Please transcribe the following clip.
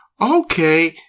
okay